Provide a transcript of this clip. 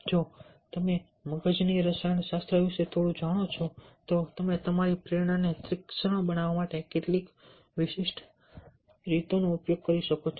જો તમે મગજની રસાયણશાસ્ત્ર વિશે થોડું જાણો છો તો તમે તમારી પ્રેરણાને તીક્ષ્ણ બનાવવા માટે કેટલીક વિશિષ્ટ રીતોનો ઉપયોગ કરી શકો છો